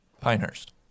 Pinehurst